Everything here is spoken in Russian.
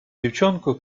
девчонку